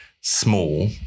small